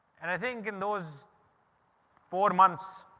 and i think in those four months